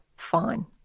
fine